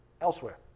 elsewhere